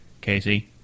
Casey